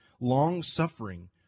long-suffering